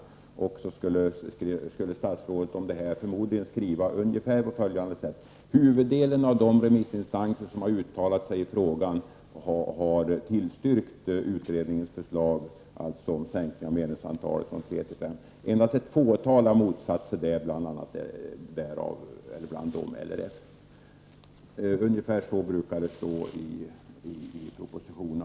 I detta fall skulle statsrådet skriva på ungefär följande sätt: Huvuddelen av de remissinstanser som har uttalat sig i frågan har tillstyrkt utredningens förslag om att sänka medlemsantalet från fem till tre. Endast ett fåtal har motsatt sig det, bland dem LRF. Ungefär så brukar det alltså stå i propositionerna.